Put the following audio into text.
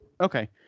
Okay